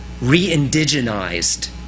re-indigenized